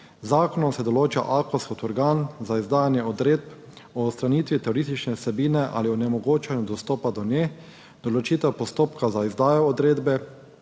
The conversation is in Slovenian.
z zakonom se določa AKOS kot organ za izdajanje odredb o odstranitvi teroristične vsebine ali onemogočanju dostopa do nje, določitev postopka za izdajo odredbe